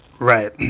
Right